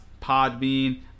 Podbean